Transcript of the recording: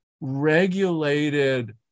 regulated